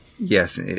Yes